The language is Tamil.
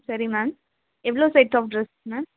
சரி மேம் எவ்வளோ செட் ஆஃப் ட்ரெஸ் மேம்